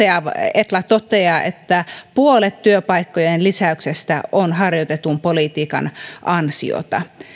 etla toteaa että puolet työpaikkojen lisäyksestä on harjoitetun politiikan ansiota